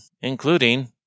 including